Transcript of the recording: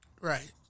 Right